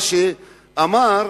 מה שאמר,